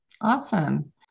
Awesome